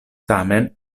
tamen